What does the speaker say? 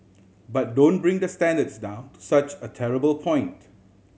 but don't bring the standards down to such a terrible point